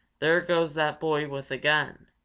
there goes that boy with a gun,